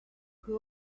her